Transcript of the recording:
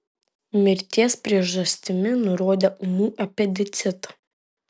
mirties priežastimi nurodė ūmų apendicitą